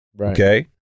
okay